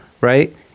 right